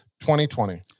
2020